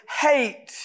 hate